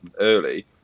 early